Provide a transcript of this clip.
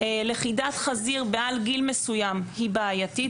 לכידת חזיר מעל גיל מסוים היא בעייתית.